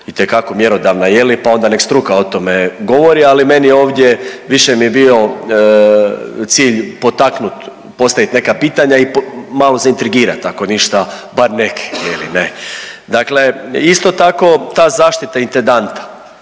itekako mjerodavna je li, pa onda nek struka o tome govori, ali meni je ovdje više mi je bio cilj potaknuti, postavit neka pitanja i malo zaintrigirat ako ništa bar neke je li ne. Dakle, isto tako ta zaštita intendanta